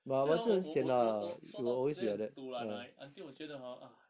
虽然我我我我我做到有一点 dulan right until 我觉得 hor